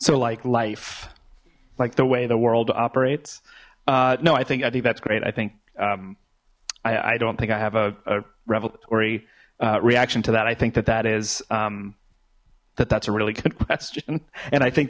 so like life like the way the world operates no i think i think that's great i think i i don't think i have a revelatory reaction to that i think that that is that that's a really good question and i think